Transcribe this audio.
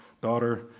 daughter